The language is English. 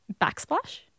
backsplash